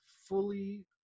fully